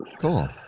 Cool